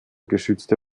geschützte